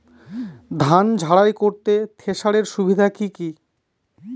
ধান ঝারাই করতে থেসারের সুবিধা কি কি?